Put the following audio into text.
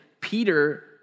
Peter